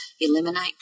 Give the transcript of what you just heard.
eliminate